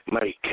make